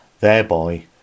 thereby